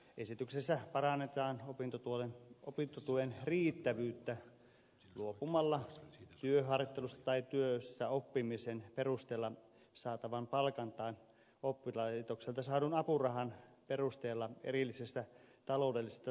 esityksessä parannetaan opintotuen riittävyyttä luopumalla työharjoittelussa tai työssäoppimisen perusteella saatavan palkan tai oppilaitokselta saadun apurahan perusteella tehtävästä erillisestä taloudellisesta tarveharkinnasta